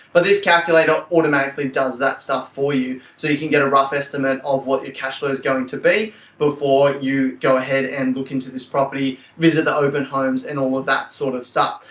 but this calculator automatically does that stuff for you so you can get a rough estimate of what your cash flow is going to be before you go ahead and look into this property, visit the open homes and all that sort of stuff.